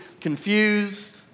confused